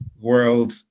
world